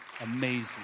amazing